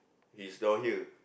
he's down here